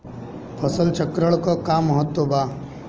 फसल चक्रण क का महत्त्व बा?